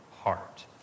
heart